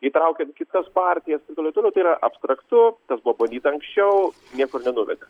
įtraukiant kitas partijas ir taip toliau tai yra abstraktu tas buvo bandyta anksčiau niekur nenuvedė